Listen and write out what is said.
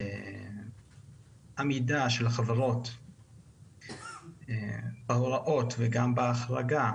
העמידה של החברות בהוראות וגם בהחרגה